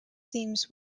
themes